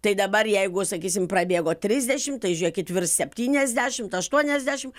tai dabar jeigu sakysim prabėgo trisdešimt tai žiūrėkit virš septyniasdešimt aštuoniasdešimt